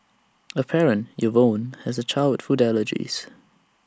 A parent Yvonne has A child with food allergies